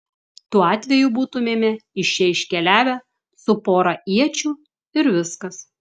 tuo atveju būtumėme iš čia iškeliavę su pora iečių ir viskas